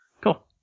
Cool